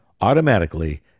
automatically